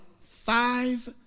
five